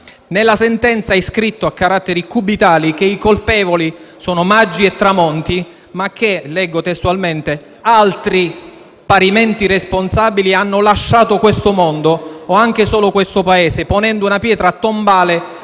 Nella sentenza è scritto a caratteri cubitali che i colpevoli sono Maggi e Tramonte, ma che, leggo testualmente: «altri, parimenti responsabili, hanno lasciato questo mondo o anche solo questo Paese, ponendo una pietra tombale